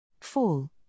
Fall